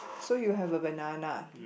so you have a banana